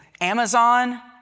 Amazon